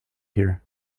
here